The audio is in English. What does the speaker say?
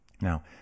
Now